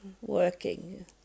working